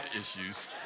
issues